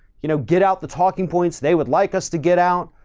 you know, get out the talking points. they would like us to get out,